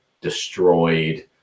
destroyed